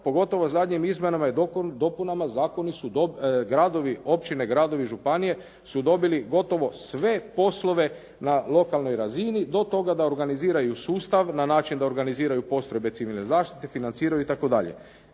pogotovo zadnjim izmjenama i dopunama gradovi, općine, gradovi, županije su dobili gotovo sve poslove na lokalnoj razini do toga da organiziraju sustav na način da organiziraju postrojbe civilne zaštite financiraju itd.